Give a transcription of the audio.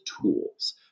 tools